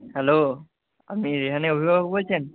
hello আপনি রেহানের অভিভাবক বলছেন